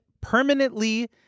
permanently